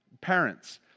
Parents